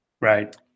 Right